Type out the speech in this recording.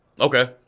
Okay